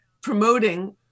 promoting